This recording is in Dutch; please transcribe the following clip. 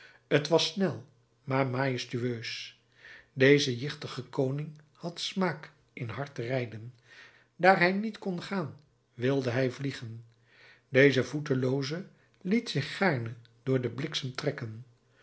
t was snel maar majestueus deze jichtige koning had smaak in hard rijden daar hij niet kon gaan wilde hij vliegen deze voetelooze liet zich gaarne door den bliksem trekken